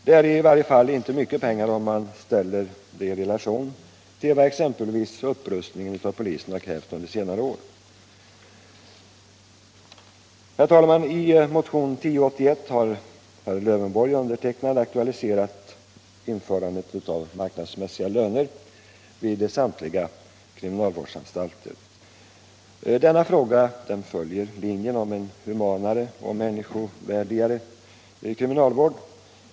Det är i varje fall inte mycket pengar, om man ställer beloppet i relation till vad exempelvis upprustningen av polisen har krävt under senare år. I motionen 1081 har herr Lövenborg och jag aktualiserat införandet av marknadsmässiga löner vid samtliga kriminalvårdsanstalter. Detta förslag följer linjen om en humanare och människovärdigare kriminalvård.